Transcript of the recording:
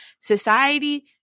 society